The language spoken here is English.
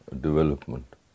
development